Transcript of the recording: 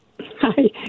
Hi